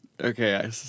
Okay